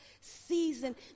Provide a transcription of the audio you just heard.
season